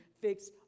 fix